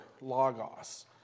logos